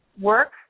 work